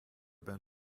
been